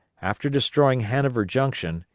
after destroying hanover junction,